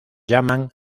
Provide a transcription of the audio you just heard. llaman